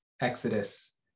Exodus